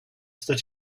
that